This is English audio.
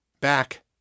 Back